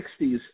1960s